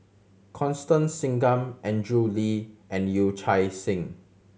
Constance Singam Andrew Lee and Yee Chia Hsing